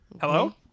Hello